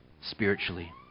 spiritually